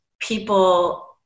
people